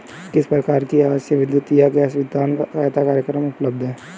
किस प्रकार के आवासीय विद्युत या गैस भुगतान सहायता कार्यक्रम उपलब्ध हैं?